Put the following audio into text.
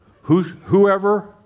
Whoever